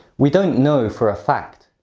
we don't know for a fact.